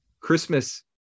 Christmas